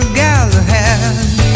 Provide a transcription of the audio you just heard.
galahad